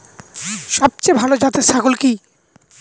সবথেকে ভালো জাতের ছাগল কি?